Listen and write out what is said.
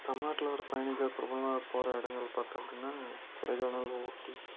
தமிழ்நாட்டில் வர்ற பயணிகள் ப்ரபலமாக போகிற இடங்கள்னு பார்த்தோம் அப்படினா கொடைக்கானல் ஊட்டி